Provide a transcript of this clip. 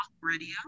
radio